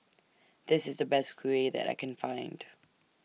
This IS The Best Kuih that I Can Find